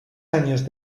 años